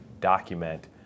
document